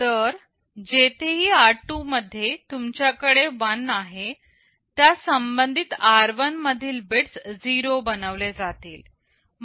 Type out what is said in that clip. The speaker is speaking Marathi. तर जेथे ही r2 मध्ये तुमच्याकडे 1 आहे त्या संबंधित r1 मधील बिट्स 0 बनवले जातील म्हणजे ते क्लिअर होतील